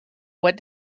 what